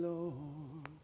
Lord